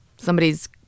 somebody's